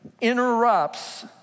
interrupts